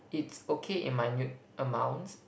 it's okay in minute amounts